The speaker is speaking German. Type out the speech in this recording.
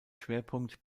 schwerpunkt